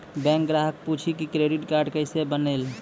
Bank ग्राहक पुछी की क्रेडिट कार्ड केसे बनेल?